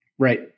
right